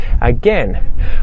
again